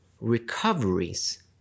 recoveries